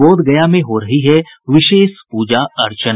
बोधगया में हो रही है विशेष पूजा अर्चना